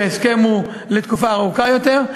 שההסכם הוא לתקופה ארוכה יותר,